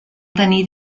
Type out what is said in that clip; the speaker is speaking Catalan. tenir